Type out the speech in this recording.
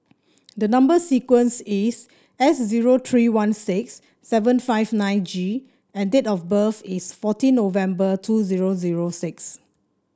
the number sequence is S zero three one six seven five nine G and date of birth is fourteen November two zero zero six